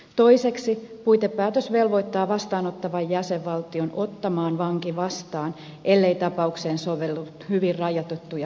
toiseksi puitepäätös velvoittaa vastaanottavan jäsenvaltion ottamaan vangin vastaan ellei tapaukseen sovellu hyvin rajoitettuja kieltäytymisperusteita